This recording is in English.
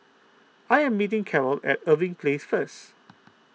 I am meeting Carroll at Irving Place first